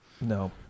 no